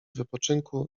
wypoczynku